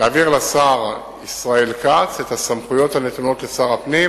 להעביר לשר ישראל כץ את הסמכויות הנתונות לשר הפנים